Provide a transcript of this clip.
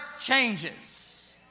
changes